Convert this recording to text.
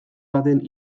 baten